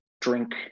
drink